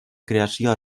creació